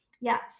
Yes